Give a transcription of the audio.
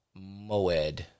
moed